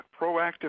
Proactive